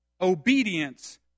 obedience